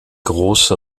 große